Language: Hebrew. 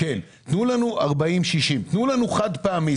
תנו לנו סכום חד-פעמי.